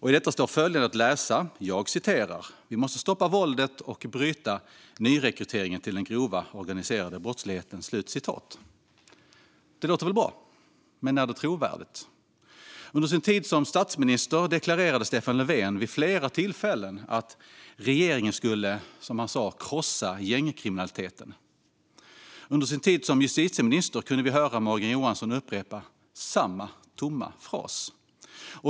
I detta står följande att läsa: "Vi måste stoppa våldet och bryta nyrekryteringen till den grova organiserade brottsligheten." Det låter väl bra. Men är det trovärdigt? Under sin tid som statsminister deklarerade Stefan Löfven vid flera tillfällen att regeringen skulle krossa gängkriminaliteten. Under sin tid som justitieminister kunde vi höra Morgan Johansson upprepa samma tomma fras.